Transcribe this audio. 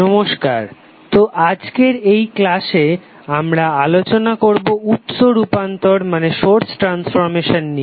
নমস্কার তো আজকের এই ক্লাসে আমরা আলোচনা করবো উৎস রূপান্তর নিয়ে